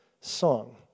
song